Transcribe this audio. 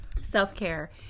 self-care